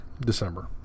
December